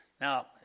Now